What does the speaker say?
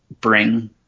bring